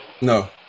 No